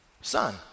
Son